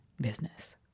business